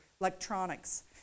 electronics